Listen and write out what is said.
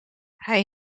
hij